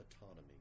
autonomy